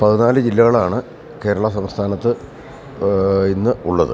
പതിനാല് ജില്ലകളാണ് കേരള സംസ്ഥാനത്ത് ഇന്ന് ഉള്ളത്